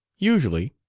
usually.